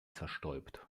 zerstäubt